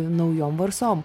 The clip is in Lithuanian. naujom varsom